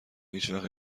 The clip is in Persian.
هیچوقت